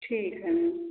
ठीक है मैम